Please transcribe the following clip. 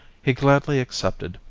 he gladly accepted,